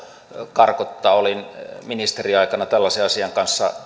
karkottaa olin ministeriaikana tekemisissä tällaisen asian kanssa